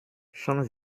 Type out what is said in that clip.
schon